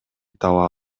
таба